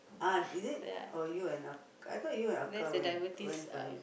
ah is it or you and I thought you and Aka went went for it